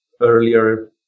earlier